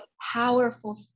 powerful